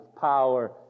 power